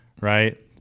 right